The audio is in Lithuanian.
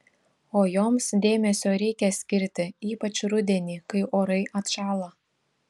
o joms dėmesio reikia skirti ypač rudenį kai orai atšąla